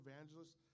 evangelists